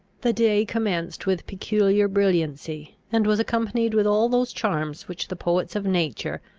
the day commenced with peculiar brilliancy, and was accompanied with all those charms which the poets of nature,